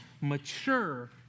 mature